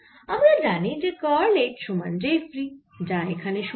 আমরা জানি যে কার্ল H সমান J ফ্রী যা এখানে 0